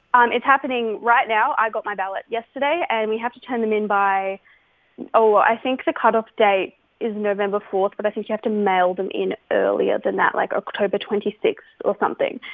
um it's happening right now. i got my ballot yesterday, yesterday, and and we have to turn them in by oh, i think the cut-off date is november four. but i think you have to mail them in earlier than that, like october twenty six or something.